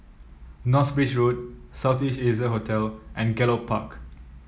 North Bridge Road South East Asia Hotel and Gallop Park